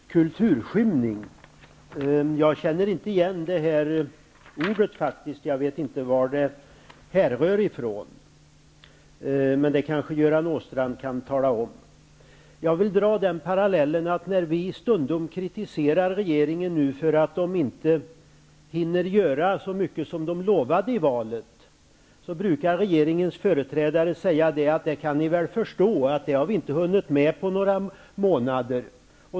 Herr talman! Kulturskymning -- jag känner inte igen det ordet. Jag vet inte var det härrör ifrån, men det kanske Göran Åstrand kan tala om. Jag vill dra den parallellen att när vi stundom kritiserar regeringen för att den inte hinner göra så mycket som de borgerliga partierna lovade i valet, brukar regeringens företrädare säga: Det kan ni väl förstå att vi inte har hunnit med det på några månader.